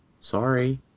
Sorry